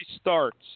starts